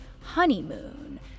honeymoon